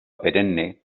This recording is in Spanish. perenne